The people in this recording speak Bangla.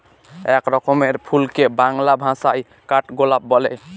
এক রকমের ফুলকে বাংলা ভাষায় কাঠগোলাপ বলে